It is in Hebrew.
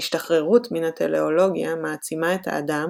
ההשתחררות מן הטלאולוגיה מעצימה את האדם,